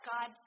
God